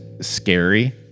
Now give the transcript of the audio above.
scary